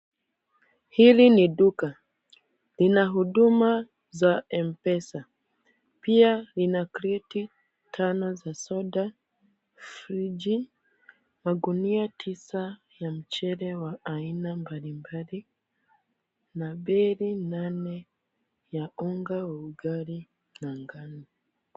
Hili ni duka. Lina huduma za M-Pesa. Pia lina kreti tano za soda, friji, magunia tisa ya mchele wa aina mbalimbali na beli nane ya unga wa ugali na ngano.